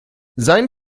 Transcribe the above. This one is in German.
sein